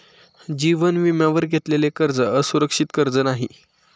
जीवन विम्यावर घेतलेले कर्ज हे असुरक्षित कर्ज नाही